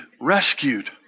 rescued